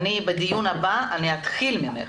בדיון הבא אתחיל ממך.